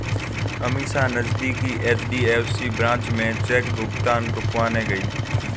अमीषा नजदीकी HDFC branch में cheque भुगतान रुकवाने गई